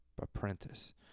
apprentice